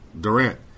Durant